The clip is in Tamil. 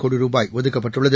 கோடி ரூபாய் ஒதுக்கப்பட்டுள்ளது